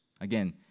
Again